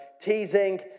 teasing